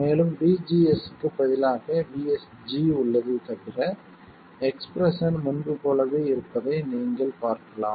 மேலும் VGS க்கு பதிலாக VSG உள்ளது தவிர எக்ஸ்பிரஷன் முன்பு போலவே இருப்பதை நீங்கள் பார்க்கலாம்